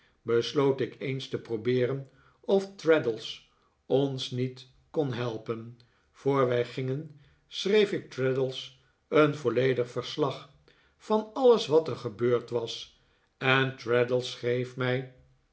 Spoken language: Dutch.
besloot ik eens te probeeren of traddles ons niet kon helpen voor wij gingen schreef ik traddles een volledig verslag van alles wat er gebeurd was en traddles schreef mij